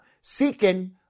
seeking